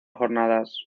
jornadas